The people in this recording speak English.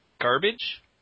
garbage